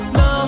no